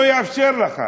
לא יאפשרו לך,